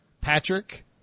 Patrick